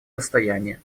достояние